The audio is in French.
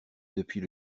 depuis